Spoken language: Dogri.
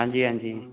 हां जी हां जी